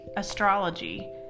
astrology